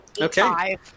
Okay